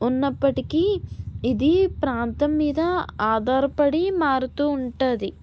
ఉన్నప్పటికీ ఇది ప్రాంతం మీద ఆధారపడి మారుతూ ఉంటుంది